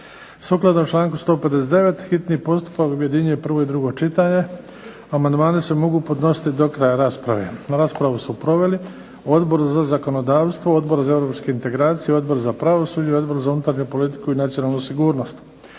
Sukladno članku 159. hitni postupak objedinjuje prvo i drugo čitanje. Amandmani se mogu podnositi do kraja rasprave. Raspravu su proveli Odbor za zakonodavstvo, Odbor za europske integracije, Odbor za pravosuđe, Odbor za unutarnju politiku i nacionalnu sigurnost.